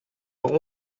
vingt